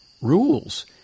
rules